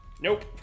Nope